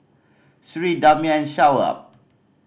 Sri Damia and Shoaib